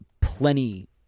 plenty